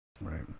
Right